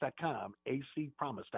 acpromise.com